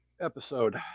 episode